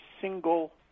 single